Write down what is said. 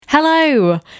Hello